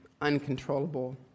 uncontrollable